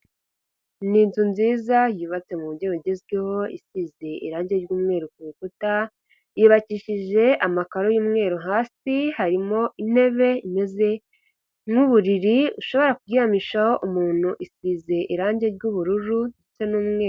Ni inzu nziza yubatse mu buryo bugezweho, isize irangi ry'umweru ku rukuta, yubakishije amakaro y'umweru, hasi harimo intebe imeze nk'uburiri ushobora kuryamishaho umuntu, isize irangi ry'ubururu ndetse n'umweru.